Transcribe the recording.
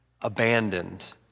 abandoned